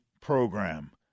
program